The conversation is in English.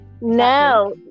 no